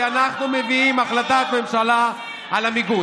כי אנחנו מביאים החלטת ממשלה על המיגון.